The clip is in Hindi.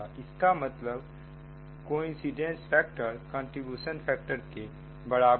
इसका मतलब कोइंसिडेंस फैक्टर कंट्रीब्यूशन फैक्टर के बराबर है